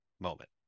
moment